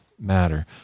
matter